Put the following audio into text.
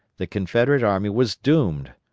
the confederate army was doomed.